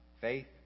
faith